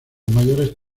mayores